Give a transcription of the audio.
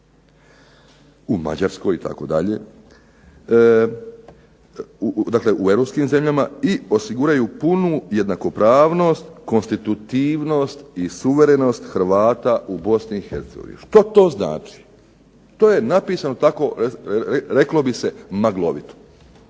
u Mađarskoj, itd., dakle u europskim zemljama, i osiguraju punu jednakopravnost, konstitutivnost i suverenost Hrvata u Bosni i Hercegovini. Što to znači? To je napisano tako reklo bi se maglovito.